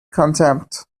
contempt